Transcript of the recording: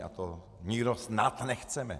A to nikdo snad nechceme.